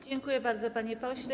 Dziękuję bardzo, panie pośle.